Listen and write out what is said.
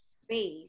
space